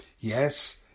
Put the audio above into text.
Yes